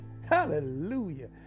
Hallelujah